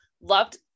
loved